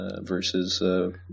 versus